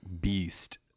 beast